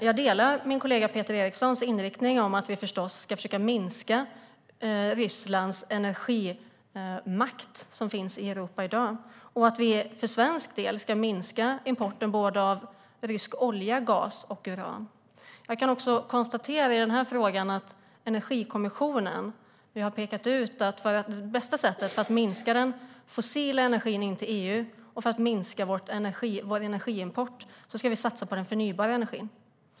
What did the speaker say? Jag delar min kollega Peter Erikssons inriktning att vi förstås ska försöka minska Rysslands energimakt, som finns i Europa i dag, och att vi för svensk del ska minska importen av rysk olja, gas och uran. Jag kan också konstatera i den här frågan att Energikommissionen har pekat ut att bästa sättet att minska den fossila energin in till EU och att minska vår energiimport är att satsa på den förnybara energin.